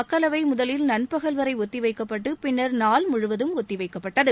மக்களவை முதலில் நண்பகல் வரை ஒத்தி வைக்கப்பட்டு பின்னர் நாள் முழுமைக்கும் ஒத்திவைக்கப்பட்டது